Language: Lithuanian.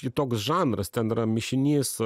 kitoks žanras ten yra mišinys